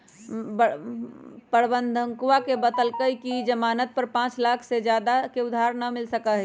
प्रबंधकवा ने बतल कई कि ई ज़ामानत पर पाँच लाख से ज्यादा के उधार ना मिल सका हई